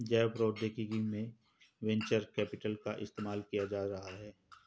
जैव प्रौद्योगिकी में भी वेंचर कैपिटल का ही इस्तेमाल किया जा रहा है